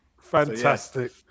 fantastic